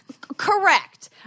Correct